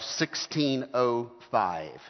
1605